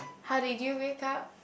how did you wake up